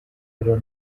però